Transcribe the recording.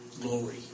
glory